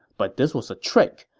but this was a trick,